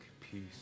peace